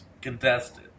contested